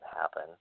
happen